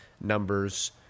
numbers